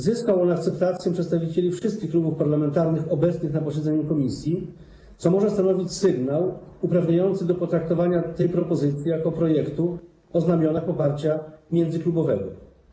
Zyskał on akceptację przedstawicieli wszystkich klubów parlamentarnych obecnych na posiedzeniu komisji, co może stanowić sygnał uprawniający do potraktowania tej propozycji jako projektu cechującego się poparciem międzyklubowym.